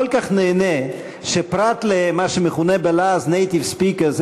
כל כך נהנה שפרט למה שמכונה בלעז native speakers,